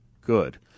Good